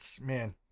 man